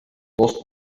dos